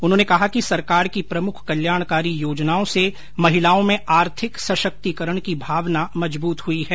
उन्होंने कहा कि सरकार की प्रमुख कल्याणकारी योजनाओं से महिलाओं में आर्थिक सशक्तिकरण की भावना मजबूत हुई है